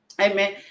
Amen